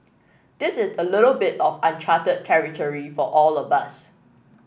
this is a little bit of uncharted territory for all of us